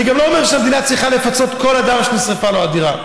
אני גם לא אומר שהמדינה צריכה לפצות כל אדם שנשרפה לו הדירה,